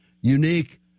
unique